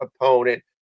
opponent